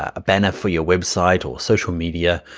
a banner for your website or social media,